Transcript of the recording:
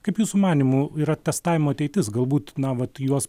kaip jūsų manymu yra testavimo ateitis galbūt na vat į juos